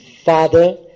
Father